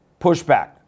pushback